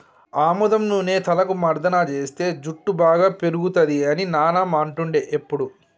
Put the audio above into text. ఆముదం నూనె తలకు మర్దన చేస్తే జుట్టు బాగా పేరుతది అని నానమ్మ అంటుండే ఎప్పుడు